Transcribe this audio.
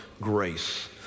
grace